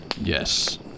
Yes